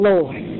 Lord